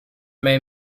mehr